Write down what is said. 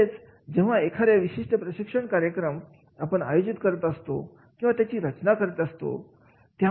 म्हणजेच जेव्हा एखाद्या विशिष्ट प्रशिक्षण कार्यक्रम आपण आयोजित करत असतो किंवा त्याची रचना करीत असतो